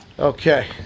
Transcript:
Okay